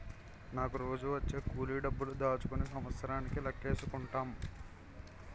నాకు రోజూ వచ్చే కూలి డబ్బులు దాచుకుని సంవత్సరానికి లెక్కేసుకుంటాం